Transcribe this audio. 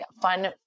fun